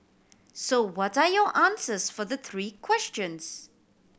so what are your answers for the three questions